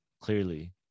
Clearly